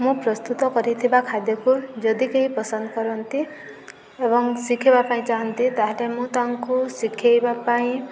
ମୁଁ ପ୍ରସ୍ତୁତ କରିଥିବା ଖାଦ୍ୟକୁ ଯଦି କେହି ପସନ୍ଦ କରନ୍ତି ଏବଂ ଶିଖିବା ପାଇଁ ଚାହାନ୍ତି ତାହେଲେ ମୁଁ ତାଙ୍କୁ ଶିଖେଇବା ପାଇଁ